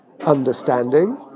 understanding